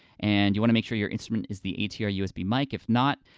and, you wanna make sure your instrument is the atr usb mic, if not,